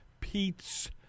Pete's